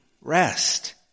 rest